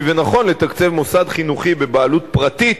ונכון לתקצב מוסד חינוך בבעלות פרטית,